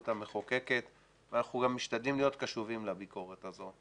המחוקקת ואנחנו גם משתדלים להיות קשובים לביקורת הזו,